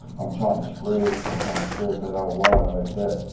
i'm trying to spread, i'm trying to spread that out wide like that.